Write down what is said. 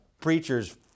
preacher's